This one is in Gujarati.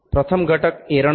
પ્રથમ ઘટક એરણ છે